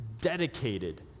dedicated